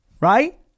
Right